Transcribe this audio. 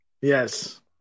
Yes